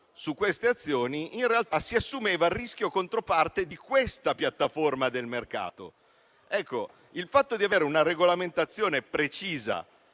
su quelle azioni, in realtà si assumeva il rischio controparte di quella piattaforma del mercato. Il fatto di avere una regolamentazione precisa